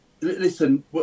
listen